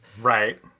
Right